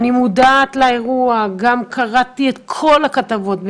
אני מודעת לאירוע, קראתי את כל הכתבות.